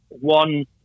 One